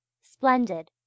splendid